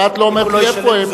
ואת לא אומרת לי איפה הם,